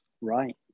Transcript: Right